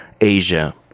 Asia